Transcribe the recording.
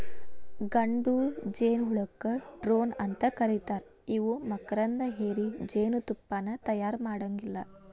ಗಂಡು ಜೇನಹುಳಕ್ಕ ಡ್ರೋನ್ ಅಂತ ಕರೇತಾರ ಇವು ಮಕರಂದ ಹೇರಿ ಜೇನತುಪ್ಪಾನ ತಯಾರ ಮಾಡಾಂಗಿಲ್ಲ